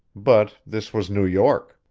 but this was new york!